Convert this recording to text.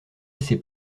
assez